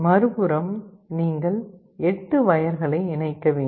மறுபுறம் நீங்கள் 8 வயர்களை இணைக்க வேண்டும்